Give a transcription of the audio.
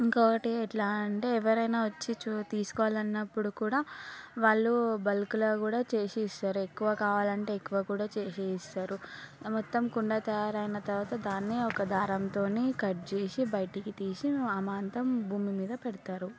ఇంకోకటి ఎట్లా అంటే ఎవరైనా వచ్చి తీసుకోవాలన్నప్పుడు కూడా వాళ్ళు బల్క్లో కూడా చేసిస్తారు ఎక్కువ కావాలంటే ఎక్కువ కూడా చేసిస్తారు మొత్తం కుండ తయారైన తర్వాత దాన్నే ఒక దారంతో కట్ చేసి బయటికి తీసి అమాతం భూమి మీద పెడతారు